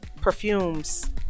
perfumes